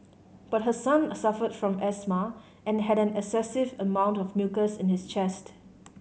but her son suffered from asthma and had an excessive amount of mucus in his chest